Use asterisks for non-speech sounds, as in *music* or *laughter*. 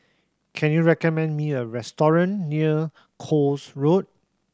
can you recommend me a restaurant near Koek *unintelligible* Road